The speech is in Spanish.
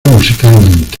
musicalmente